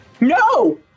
No